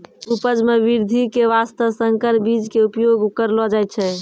उपज मॅ वृद्धि के वास्तॅ संकर बीज के उपयोग करलो जाय छै